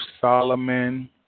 Solomon